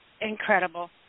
incredible